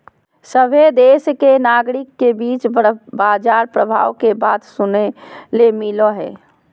सभहे देश के नागरिक के बीच बाजार प्रभाव के बात सुने ले मिलो हय